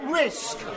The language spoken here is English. risk